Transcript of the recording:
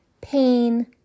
pain